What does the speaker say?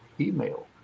email